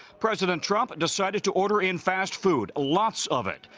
president trump decided to order in fast food, lots of it.